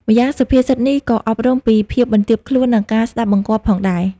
ម្យ៉ាងសុភាសិតនេះក៏អប់រំពីភាពបន្ទាបខ្លួន និងការស្តាប់បង្គាប់ផងដែរ។